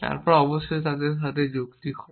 এবং তারপর অবশ্যই তাদের সাথে যুক্তি করা